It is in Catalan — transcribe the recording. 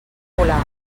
volar